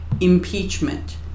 impeachment